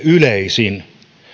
yleisimmät